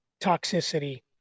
toxicity